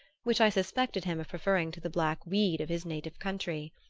which i suspected him of preferring to the black weed of his native country.